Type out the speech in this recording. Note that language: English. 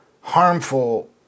harmful